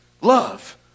love